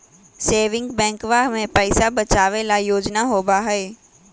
saving बैंकवा में पैसा बचावे ला योजना होबा हई